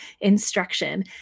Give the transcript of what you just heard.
instruction